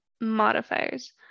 modifiers